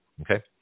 Okay